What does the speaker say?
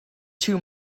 too